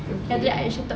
okay